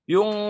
Yung